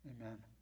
Amen